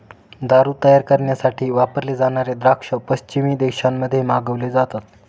दारू तयार करण्यासाठी वापरले जाणारे द्राक्ष पश्चिमी देशांमध्ये मागवले जातात